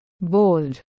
bold